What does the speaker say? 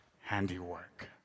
handiwork